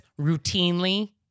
routinely